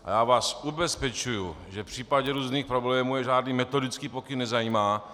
A já vás ubezpečuji, že v případě různých problémů je žádný metodický pokyn nezajímá.